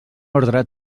orde